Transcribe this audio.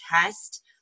test